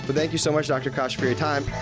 but thank you so much, dr. kasia, for your time,